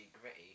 gritty